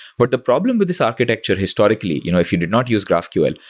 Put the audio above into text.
but the problem with this architecture historically, you know if you did not use graphql,